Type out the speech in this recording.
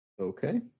Okay